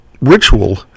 ritual